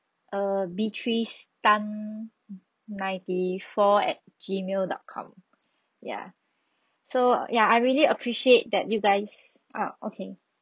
err beatrice tan ninety four at gmail dot com ya so ya I really appreciate that you guys err okay